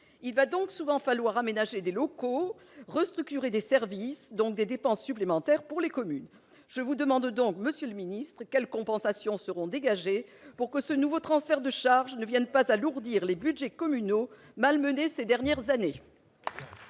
il va donc souvent falloir aménager des locaux restructuré des services donc des dépenses supplémentaires pour les communes, je vous demande donc, Monsieur le Ministre quelles compensations seront dégagés pour que ce nouveau transfert de charge ne viennent pas alourdir les Budgets communaux malmené ces dernières années.